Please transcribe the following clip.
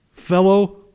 fellow